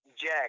Jack